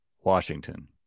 Washington